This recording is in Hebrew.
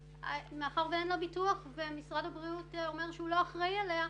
ומאחר ואין לה ביטוח ומשרד הבריאות אומר שהוא לא אחראי עליה,